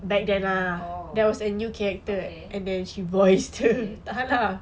oh okay okay